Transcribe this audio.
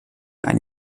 eine